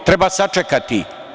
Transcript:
Treba sačekati.